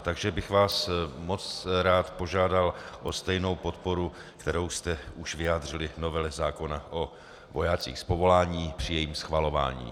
Takže bych vás moc rád požádal o stejnou podporu, kterou jste už vyjádřili v novele zákona o vojácích z povolání při jejím schvalování.